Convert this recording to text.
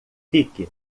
fique